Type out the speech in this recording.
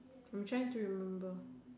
I am trying to remember